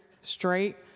straight